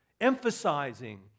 emphasizing